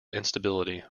instability